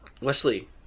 Wesley